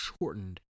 shortened